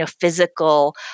physical